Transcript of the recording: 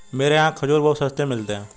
मेरे यहाँ खजूर बहुत सस्ते मिलते हैं